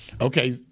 okay